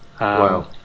Wow